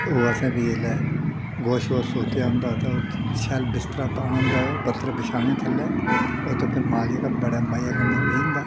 ओह् असें भी जेल्लै गोहा शोहा सोतेआ उं'दा ते शैल बिस्तरा पाना उं'दा पत्तर बछैने थल्लै ओह्दै पर माल जेह्का बड़े मजे कन्नै बेही जंदा